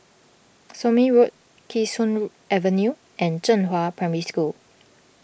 Somme Road Kee Sun Avenue and Zhenghua Primary School